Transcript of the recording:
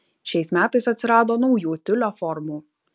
šiais metais atsirado naujų tiulio formų